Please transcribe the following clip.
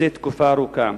לפני תקופה ארוכה?